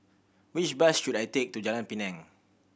which bus should I take to Jalan Pinang